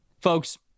Folks